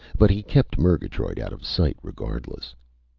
but he kept murgatroyd out of sight regardless.